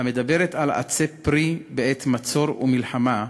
המדברת על עצי פרי בעת מצור ומלחמה,